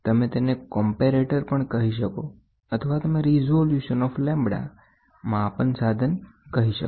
તમે તેને કંપરેટર પણ કહી શકો અથવા તમે રિઝોલ્યુશન ઓફ લેમ્બડા માપન સાધન કહી શકો